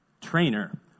trainer